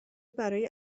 برای